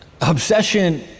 obsession